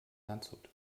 landshut